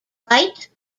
white